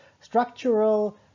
structural